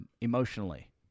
emotionally